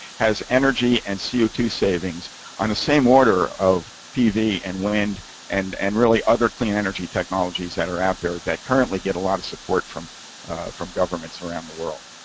has energy and c o two savings on the same order of pv and wind and and really other clean energy technologies that are out there that currently get a lot of support from from governments around the world.